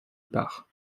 départ